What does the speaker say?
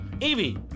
Evie